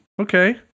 okay